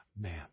man